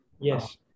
Yes